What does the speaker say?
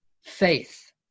faith